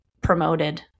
promoted